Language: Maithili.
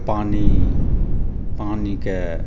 पानि पानिके